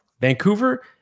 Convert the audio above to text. Vancouver